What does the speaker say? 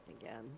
Again